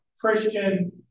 Christian